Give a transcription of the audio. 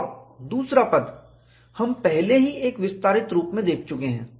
और दूसरा पद हम पहले ही एक विस्तारित रूप में देख चुके हैं